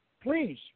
Please